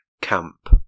Camp